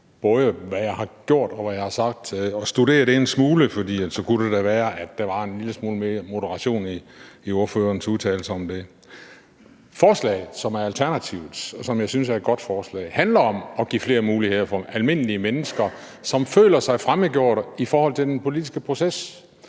til hvad jeg har gjort, og hvad jeg har sagt, for så kunne det da være, at der var en lille smule mere moderation i ordførerens udtalelser om det. Forslaget, som er Alternativets, og som jeg synes er et godt forslag, handler om at give flere muligheder for almindelige mennesker, som føler sig fremmedgjort i forhold til den politiske proces.